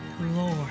Lord